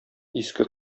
иске